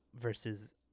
versus